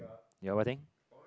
ya what thing